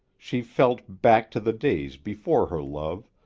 she felt back to the days before her love,